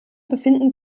befinden